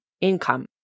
income